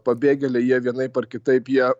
pabėgėliai jie vienaip ar kitaip jie